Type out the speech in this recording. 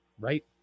Right